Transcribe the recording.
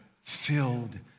filled